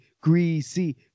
greasy